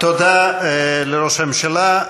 תודה לראש הממשלה.